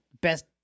best